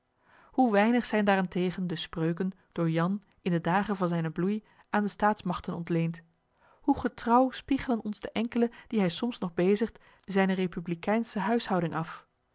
hoe weinig zijn daarentegen de spreuken door jan in de dagen van zijnen bloei aan de staatsmagten ontleend hoe getrouw spiegelen ons de enkele die hij soms nog bezigt zijne republikeinsche huishouding af